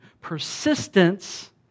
Persistence